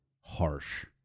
harsh